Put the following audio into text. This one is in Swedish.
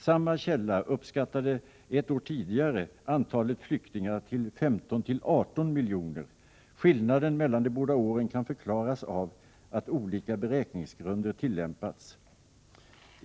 Samma källa uppskattade ett år tidigare antalet flyktingar till 15-18 miljoner. Skillnaden mellan de båda åren kan förklaras av att olika beräkningsgrunder tillämpats.